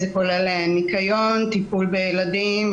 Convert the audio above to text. זה כולל ניקיון, טיפול בילדים,